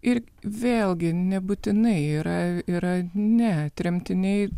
ir vėlgi nebūtinai yra yra ne tremtiniai